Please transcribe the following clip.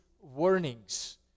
warnings